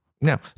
now